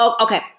Okay